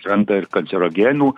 atsiranda ir kancerogenų